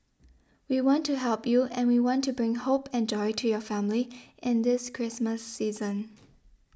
we want to help you and we want to bring hope and joy to your family in this Christmas season